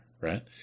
Right